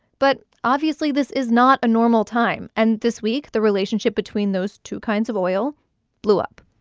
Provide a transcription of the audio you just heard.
but obviously, this is not a normal time. and this week the relationship between those two kinds of oil blew up